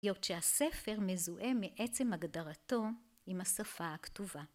היות שהספר מזוהה מעצם הגדרתו עם השפה הכתובה.